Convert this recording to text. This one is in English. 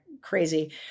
crazy